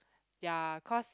ya cause